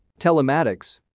Telematics